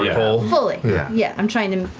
yeah, fully. yeah yeah, i'm trying to